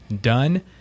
done